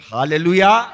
Hallelujah